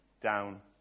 down